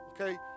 okay